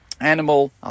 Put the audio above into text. animal